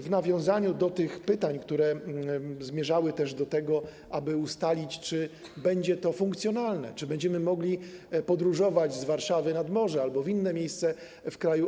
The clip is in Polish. W nawiązaniu do tych pytań, które zmierzały do tego, żeby ustalić, czy będzie to funkcjonalne, czy będziemy mogli podróżować z Warszawy nad morze albo w inne miejsce w kraju.